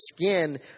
skin